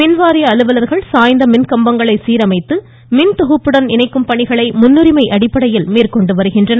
மின்வாரிய அலுவலர்கள் சாய்ந்த மின் கம்பங்களை சீரமைத்து மின் தொகுப்புடன் இணைக்கும் பணிகளை முன்னுரிமை அடிப்படையில் மேற்கொண்டு வருகின்றனர்